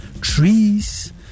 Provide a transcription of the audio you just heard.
trees